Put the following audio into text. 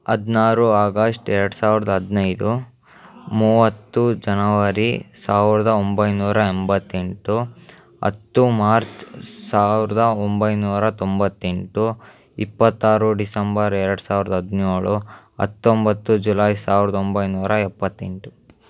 ಹದಿನಾರು ಆಗಸ್ಟ್ ಎರಡು ಸಾವಿರದ ಹದಿನೈದು ಮೂವತ್ತು ಜನವರಿ ಸಾವಿರದ ಒಂಬೈನೂರ ಎಂಬತ್ತೆಂಟು ಹತ್ತು ಮಾರ್ಚ್ ಸಾವಿರದ ಒಂಬೈನೂರ ತೊಂಬತ್ತೆಂಟು ಇಪ್ಪತ್ತಾರು ಡಿಸಂಬರ್ ಎರಡು ಸಾವಿರದ ಹದಿನೇಳು ಹತ್ತೊಂಬತ್ತು ಜುಲಾಯ್ ಸಾವಿರದ ಒಂಬೈನೂರ ಎಪ್ಪತ್ತೆಂಟು